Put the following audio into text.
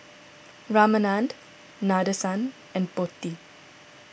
Ramanand Nadesan and Potti